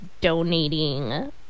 donating